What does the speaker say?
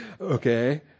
Okay